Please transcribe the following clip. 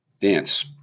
Dance